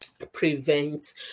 prevents